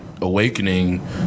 Awakening